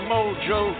Mojo